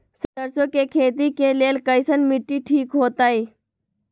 सरसों के खेती के लेल कईसन मिट्टी ठीक हो ताई?